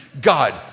God